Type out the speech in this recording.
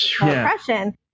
oppression